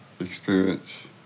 experience